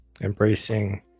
embracing